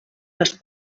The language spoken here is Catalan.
les